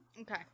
Okay